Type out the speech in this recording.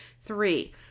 three